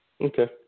okay